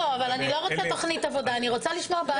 אני לא רוצה תכנית עבודה, אני רוצה לשמוע,